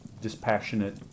dispassionate